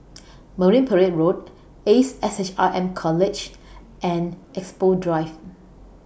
Marine Parade Road Ace S H R M College and Expo Drive